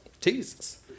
Jesus